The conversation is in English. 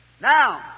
Now